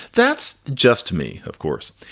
that's just me. of course,